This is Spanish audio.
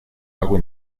algo